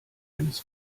eines